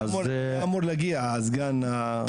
היה אמור להגיע הסגן.